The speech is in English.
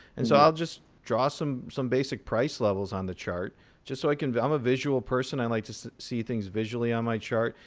and so i'll just draw some some basic price levels on the chart just so i can i'm a visual person. i like to see things visually on my chart.